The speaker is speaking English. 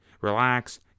relax